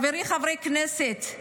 חבריי חברי כנסת,